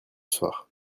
soir